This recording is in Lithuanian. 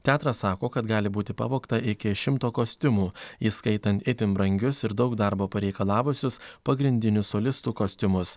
teatras sako kad gali būti pavogta iki šimto kostiumų įskaitant itin brangius ir daug darbo pareikalavusius pagrindinių solistų kostiumus